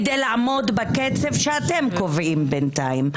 כדי לעמוד בקצב שאתם קובעים בינתיים.